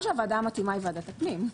כמובן שהוועדה המתאימה היא ועדת הפנים.